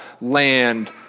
land